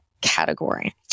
category